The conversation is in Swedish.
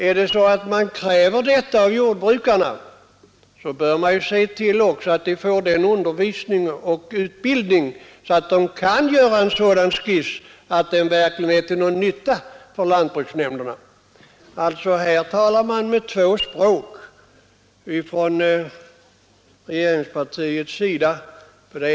Kräver man detta av jordbrukarna, bör man ju se till att de får en sådan utbildning att de kan göra en sådan skiss som verkligen är till nytta för lantbruksnämnderna. Här använder regeringspartiet två språk.